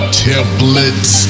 templates